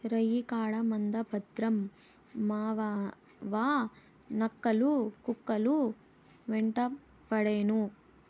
రేయికాడ మంద భద్రం మావావా, నక్కలు, కుక్కలు యెంటపడేను